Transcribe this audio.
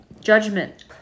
judgment